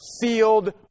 sealed